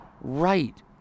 right